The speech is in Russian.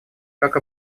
как